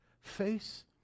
face